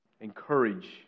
Encourage